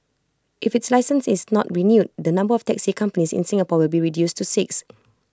if its licence is not renewed the number of taxi companies in Singapore will be reduced to six